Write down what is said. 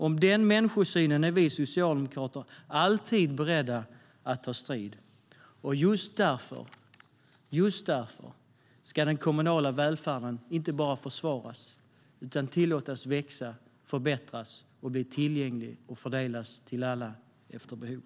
Om den människosynen är vi socialdemokrater alltid beredda att ta strid. Just därför ska den kommunala välfärden inte bara försvaras utan tillåtas att växa, förbättras och bli tillgänglig och fördelas till alla efter behov.